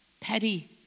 petty